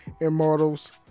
Immortals